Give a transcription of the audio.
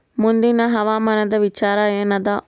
ಮುಂದಿನ ಹವಾಮಾನದ ವಿಚಾರ ಏನದ?